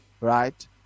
right